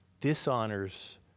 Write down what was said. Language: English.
dishonors